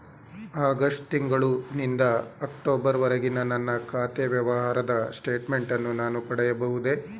August ತಿಂಗಳು ನಿಂದ October ವರೆಗಿನ ನನ್ನ ಖಾತೆ ವ್ಯವಹಾರದ ಸ್ಟೇಟ್ಮೆಂಟನ್ನು ನಾನು ಪಡೆಯಬಹುದೇ?